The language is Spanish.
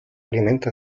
alimenta